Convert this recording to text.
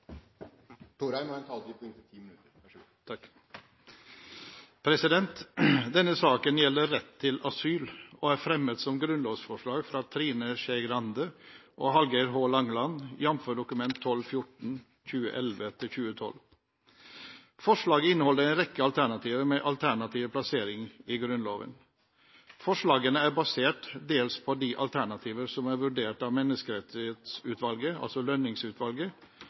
ikke har tomme paragrafer, som politikerne ikke har tenkt å fylle innhold i. Replikkordskiftet er omme. Denne saken gjelder rett til asyl og er fremmet som grunnlovsforslag fra Trine Skei Grande og Hallgeir H. Langeland, jf. Dokument 12:14 for 2011–2012. Forslaget inneholder en rekke alternativer med alternative plasseringer i Grunnloven. Forslagene er basert dels på de alternativer som er vurdert av Menneskerettighetsutvalget,